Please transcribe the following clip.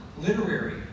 literary